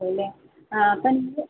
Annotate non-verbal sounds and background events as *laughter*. *unintelligible*